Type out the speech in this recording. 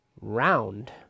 round